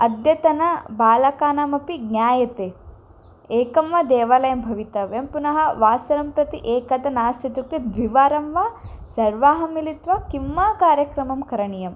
अद्यतन बालकानामपि ज्ञायते एकं वा देवालयं भवितव्यं पुनः वासरं प्रति एकदा नास्ति इत्युक्ते द्विवारं वा सर्वाः मिलित्वा किं वा कार्यक्रमं करणीयम्